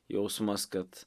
jausmas kad